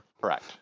correct